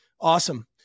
Awesome